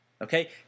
Okay